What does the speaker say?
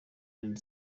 rtd